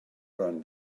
ran